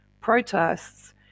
protests